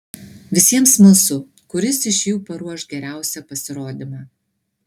visiems smalsu kuris iš jų paruoš geriausią pasirodymą